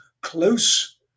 close